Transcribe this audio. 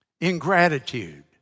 Ingratitude